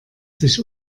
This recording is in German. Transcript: sich